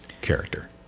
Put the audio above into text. character